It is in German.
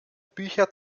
bücher